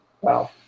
wow